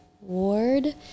Ward